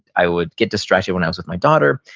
i would get distracted when i was with my daughter,